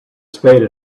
spade